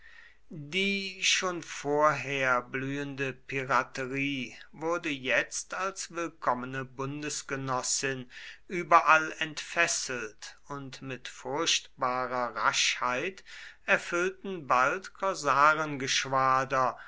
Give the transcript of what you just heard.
die schon vorher blühende piraterie wurde jetzt als willkommene bundesgenossin überall entfesselt und mit furchtbarer raschheit erfüllten bald